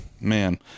Man